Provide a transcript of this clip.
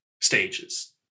stages